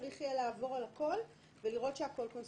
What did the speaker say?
צריך יהיה לעבור על הכול ולראות שהכול קונסיסטנטי.